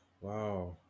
Wow